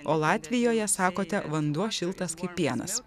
o latvijoje sakote vanduo šiltas kaip pienas